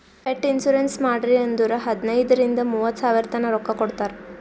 pet insurance ಮಾಡ್ರಿ ಅಂದುರ್ ಹದನೈದ್ ರಿಂದ ಮೂವತ್ತ ಸಾವಿರತನಾ ರೊಕ್ಕಾ ಕೊಡ್ತಾರ್